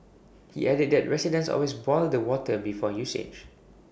he added that residents always boil the water before usage